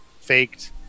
faked